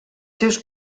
seus